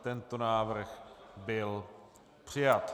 Tento návrh byl přijat.